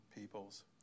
peoples